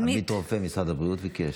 עמית רופא משרד הבריאות ביקש.